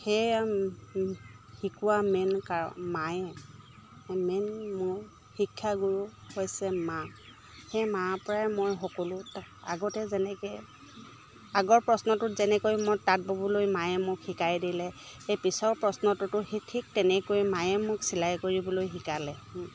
সেয়ে শিকোৱা মেইন কাৰণ মায়ে মেইন মোৰ শিক্ষাগুৰু হৈছে মা সেই মাৰপৰাই মই সকলো আগতে যেনেকৈ আগৰ প্ৰশ্নটোত যেনেকৈ মই তাঁত ব'বলৈ মায়ে মোক শিকাই দিলে সেই পিছৰ প্ৰশ্নটোতো সেই ঠিক তেনেকৈ মায়ে মোক চিলাই কৰিবলৈ শিকালে